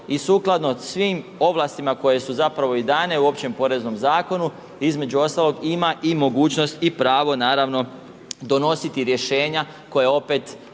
i sukladno svim ovlastima koje su zapravo i dane u općem poreznom zakonu, između ostalog ima i mogućnost i pravo naravno donositi rješenja koja opet,